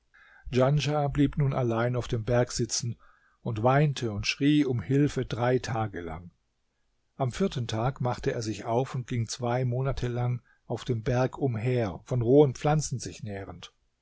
djanschah blieb nun allein auf dem berg sitzen und weinte und schrie um hilfe drei tage lang am vierten tag machte er sich auf und ging zwei monate lang auf dem berg umher von rohen pflanzen sich nährend